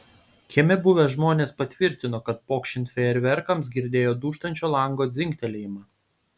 kieme buvę žmonės patvirtino kad pokšint fejerverkams girdėjo dūžtančio lango dzingtelėjimą